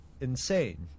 insane